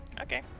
okay